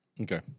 Okay